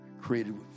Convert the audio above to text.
created